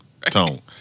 tone